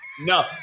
No